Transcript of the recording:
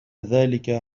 ذلك